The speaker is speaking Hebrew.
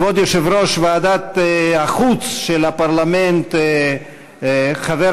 כבוד יושב-ראש ועדת החוץ של הפרלמנט, חבר